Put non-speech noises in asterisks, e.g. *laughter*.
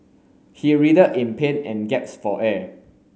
he *unintelligible* in pain and gasped for air